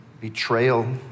betrayal